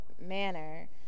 manner